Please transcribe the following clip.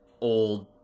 old